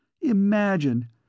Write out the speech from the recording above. Imagine